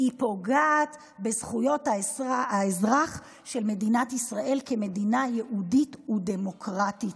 היא פוגעת בזכויות האזרח במדינת ישראל כמדינה יהודית ודמוקרטית,